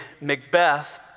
Macbeth